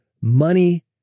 Money